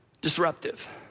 disruptive